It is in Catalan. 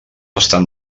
estan